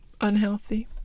unhealthy